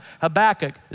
Habakkuk